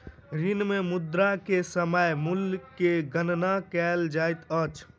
ऋण मे मुद्रा के समय मूल्य के गणना कयल जाइत अछि